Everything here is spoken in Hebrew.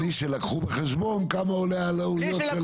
בלי שלקחו בחשבון כמה עולות העלויות.